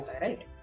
right